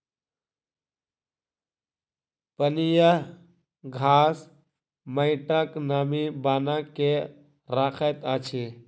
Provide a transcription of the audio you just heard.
पनियाह घास माइटक नमी बना के रखैत अछि